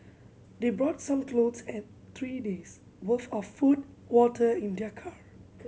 they brought some clothes and three days' worth of food water in their car